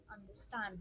understand